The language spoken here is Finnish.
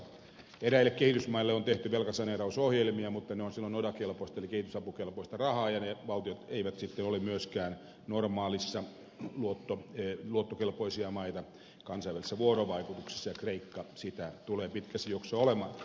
eräille kehitysmaille on tehty velkasaneerausohjelmia mutta ne ovat silloin oda kelpoista eli kehitysapukelpoista rahaa ja ne valtiot eivät sitten ole myöskään luottokelpoisia maita normaalissa kansainvälisessä vuorovaikutuksessa kreikka sitä tulee pitkässä juoksussa olemaan